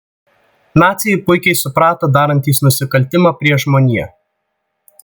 naciai puikiai suprato darantys nusikaltimą prieš žmoniją